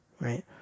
right